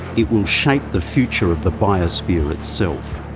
it will shape the future of the biosphere itself.